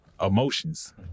emotions